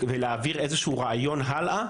ולהעביר איזשהו רעיון הלאה,